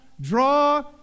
draw